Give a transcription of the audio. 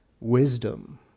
wisdom